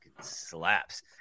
slaps